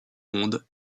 monde